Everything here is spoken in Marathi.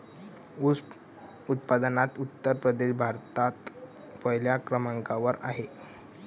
ऊस उत्पादनात उत्तर प्रदेश भारतात पहिल्या क्रमांकावर आहे